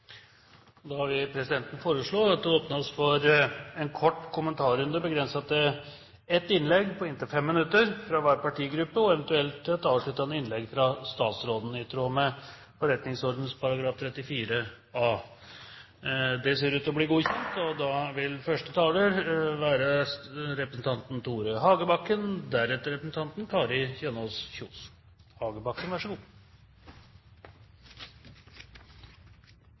vil nå foreslå at det åpnes for en kort kommentarrunde, begrenset til ett innlegg på inntil 5 minutter fra hver partigruppe og eventuelt et avsluttende innlegg av statsråden, i tråd med forretningsordenens § 34 a. – Det anses vedtatt. Det er veldig bra at statsråden har tatt initiativet til